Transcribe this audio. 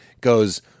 goes